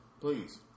Please